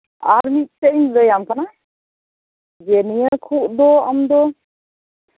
ᱟᱨ ᱢᱫᱴᱮᱱ ᱤᱧ ᱞᱟᱹᱭᱟᱢ ᱠᱟᱱᱟ ᱡᱮ ᱱᱤᱭᱟᱹ ᱠᱷᱩᱜ ᱫᱚ ᱟᱢ ᱫᱚ